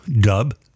dub